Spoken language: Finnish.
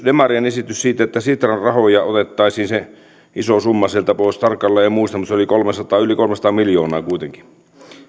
demarien esitys siitä että sitran rahoja otettaisiin se iso summa sieltä pois tarkalleen en muista mutta se oli yli kolmesataa miljoonaa kuitenkin